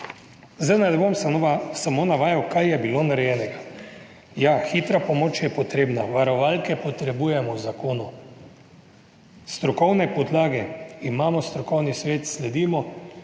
Zdaj, da ne bom samo navajal, kaj je bilo narejenega. Ja, hitra pomoč je potrebna, varovalke potrebujemo v zakonu, strokovne podlage imamo, strokovni svet sledimo.